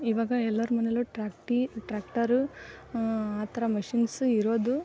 ಇವಾಗ ಎಲ್ಲರ್ ಮನೇಲು ಟ್ರ್ಯಾಕ್ಟಿ ಟ್ರ್ಯಾಕ್ಟರ್ ಆ ಥರ ಮಶೀನ್ಸ್ ಇರೋದು